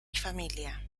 familia